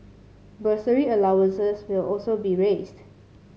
bursary allowances will also be raised